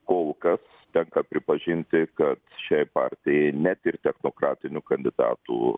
kol kas tenka pripažinti kad šiai partijai net ir technokratinių kandidatų